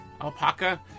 alpaca